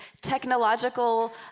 technological